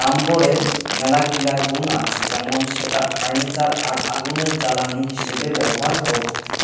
লাম্বরের মেলাগিলা গুন্ আছে যেমন সেটা ফার্নিচার আর আগুনের জ্বালানি হিসেবে ব্যবহার হউক